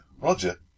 Roger